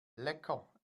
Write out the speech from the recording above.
lecker